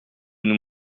nous